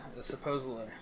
supposedly